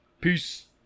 Peace